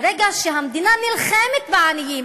ברגע שהמדינה נלחמת בעניים,